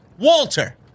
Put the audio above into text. Walter